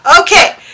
Okay